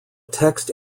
text